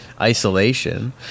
isolation